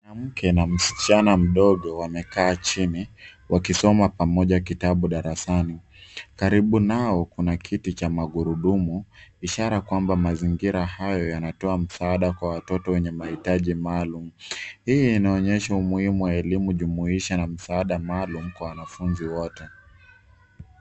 Mwanamke na msichana mdogo wamekaa chini, wakisoma pamoja kitabu darasani. Karibu nao kuna kiti cha magurudumu, ishara kwamba mazingira hayo yanatoa msaada kwa watoto wenye mahitaji maalum. Hii inaonyesha umuhimu wa elimu jumuisha na msaada maalum kwa wanafunzi wote.